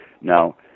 Now